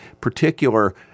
particular